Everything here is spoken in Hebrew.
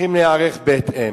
צריכים להיערך בהתאם.